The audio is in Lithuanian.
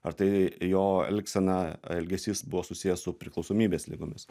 ar tai jo elgsena elgesys buvo susijęs su priklausomybės ligomis